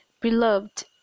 Beloved